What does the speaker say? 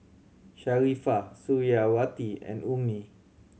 Sharifah Suriawati and Ummi